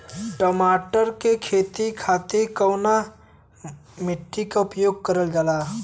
टमाटर क खेती खातिर कवने मिट्टी के उपयोग कइलजाला?